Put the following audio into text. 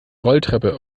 rolltreppe